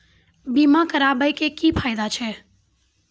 बीमा कराबै के की फायदा छै?